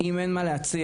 אם אין מה להציע,